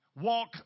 Walk